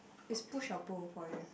is push or pull for you